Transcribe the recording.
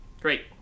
Great